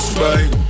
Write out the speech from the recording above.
Spain